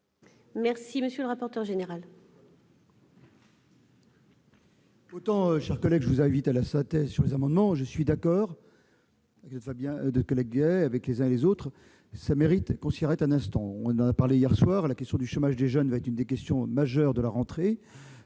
retrait, monsieur le rapporteur général,